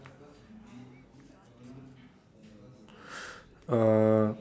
uh